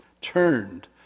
turned